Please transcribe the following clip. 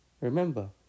Remember